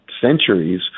centuries